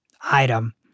item